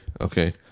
okay